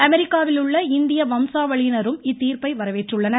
அமெரிக்காவில் உள்ள இந்திய வம்சாவளியினரும் இத்தீர்ப்பை வரவேற்றுள்ளனர்